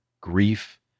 grief